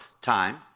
time